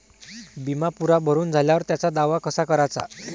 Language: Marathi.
बिमा पुरा भरून झाल्यावर त्याचा दावा कसा कराचा?